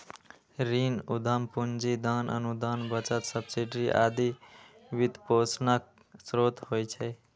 ऋण, उद्यम पूंजी, दान, अनुदान, बचत, सब्सिडी आदि वित्तपोषणक स्रोत होइ छै